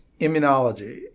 Immunology